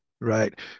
right